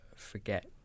forget